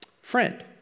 Friend